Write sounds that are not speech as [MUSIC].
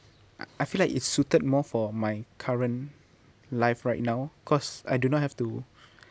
[NOISE] I feel like it's suited more for my current life right now cause I do not have to [BREATH]